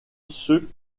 ceux